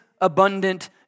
abundant